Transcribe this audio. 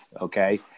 okay